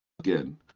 Again